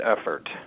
effort